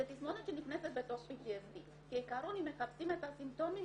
זו תסמונת שנכנסת בתוך PTSD. כעקרון אם מחפשים את הסימפטומים,